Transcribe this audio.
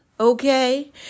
Okay